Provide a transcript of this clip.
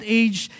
age